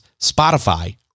Spotify